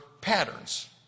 patterns